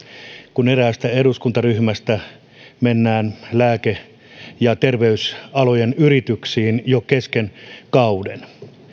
kun eräästä eduskuntaryhmästä mennään lääke ja terveysalojen yrityksiin jo kesken kauden